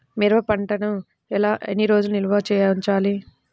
మిరప పంటను ఎన్ని రోజులు నిల్వ ఉంచాలి?